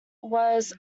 was